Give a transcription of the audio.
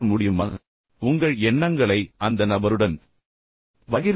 அல்லது உங்கள் எண்ணங்களை அந்த நபருடன் பகிர்ந்து கொள்ளுங்கள்